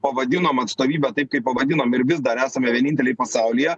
pavadinom atstovybę taip kaip pavadinom ir vis dar esame vieninteliai pasaulyje